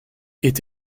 est